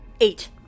eight